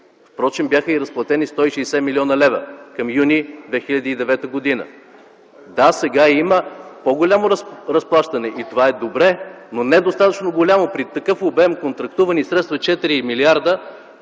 Впрочем, бяха разплатени и 160 млн. лв. към юни 2009 г. Да, сега има по-голямо разплащане и това е добре, но е недостатъчно голямо при такъв обем контрактувани средства – 4 милиарда.